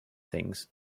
things